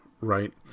Right